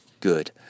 good